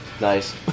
Nice